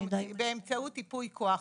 באמצעות ייפוי כוח.